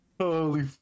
holy